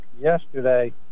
yesterday